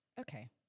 okay